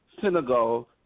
Senegal